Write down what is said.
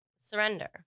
surrender